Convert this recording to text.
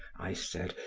i said,